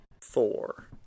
four